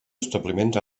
establiments